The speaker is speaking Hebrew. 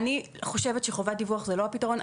אני חושבת שחובת דיווח זה לא הפתרון.